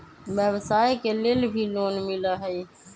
व्यवसाय के लेल भी लोन मिलहई?